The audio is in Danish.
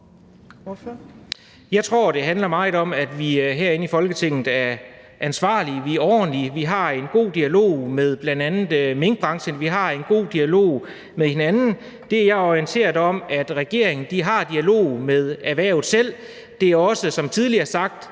Jeg tror, det handler meget om, at vi herinde i Folketinget er ansvarlige, er ordentlige, har en god dialog med bl.a. minkbranchen, har en god dialog med hinanden. Det, jeg er orienteret om, er, at regeringen har dialog med erhvervet selv. Det er også som tidligere sagt